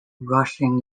rushing